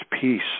peace